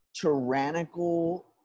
tyrannical